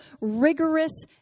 rigorous